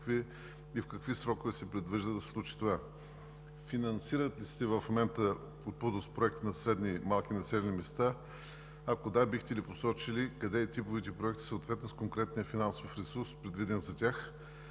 и в какви срокове се предвижда да се случи това? Финансират ли се в момента по ПУДООС проекти на средни и малки населени места? Ако да, бихте ли посочили къде са типовите проекти, съответно с конкретния финансов ресурс, предвиден за тях,